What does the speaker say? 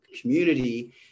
community